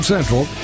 Central